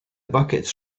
buckets